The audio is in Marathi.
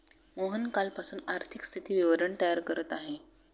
मोहन कालपासून आर्थिक स्थिती विवरण तयार करत आहे